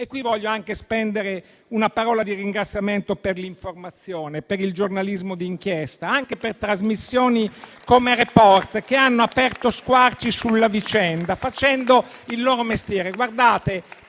vorrei anche spendere una parola di ringraziamento per l'informazione, per il giornalismo d'inchiesta, anche per trasmissioni come «Report», che hanno aperto squarci sulla vicenda, facendo il loro mestiere.